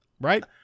right